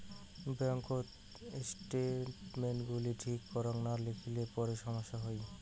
ব্যাঙ্ককোত স্টেটমেন্টস গুলি ঠিক করাং না লিখিলে পরে সমস্যা হই